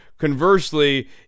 conversely